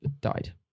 died